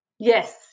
Yes